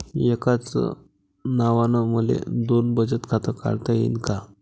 एकाच नावानं मले दोन बचत खातं काढता येईन का?